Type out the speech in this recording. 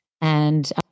And-